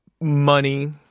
money